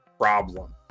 problem